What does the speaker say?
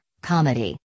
Comedy